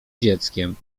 dzieckiem